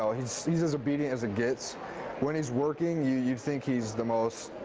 ah he's he's as obedient as it gets when he's working you you think he's the most